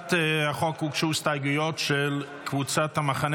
להצעת החוק הוגשו הסתייגויות של קבוצת המחנה